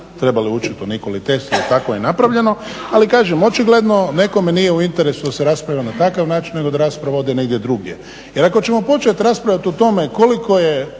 trebali učiti o Nikoli Tesli i tako je napravljeno. Ali kažem, očigledno nekome nije u interesu da se raspravlja na takav način, nego da rasprava ode negdje drugdje. Jer ako ćemo početi raspravljat o tome koliko je